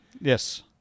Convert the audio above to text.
yes